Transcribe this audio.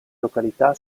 località